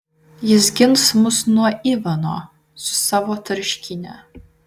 jis gins mus nuo ivano su savo tarškyne